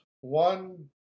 One